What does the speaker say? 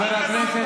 בושה וחרפה,